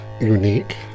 unique